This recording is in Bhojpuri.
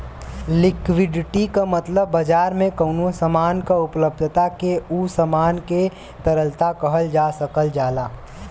लिक्विडिटी क मतलब बाजार में कउनो सामान क उपलब्धता के उ सामान क तरलता कहल जा सकल जाला